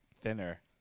thinner